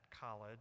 college